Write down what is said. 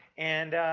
and